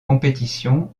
compétition